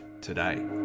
today